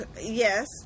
yes